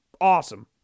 awesome